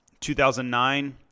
2009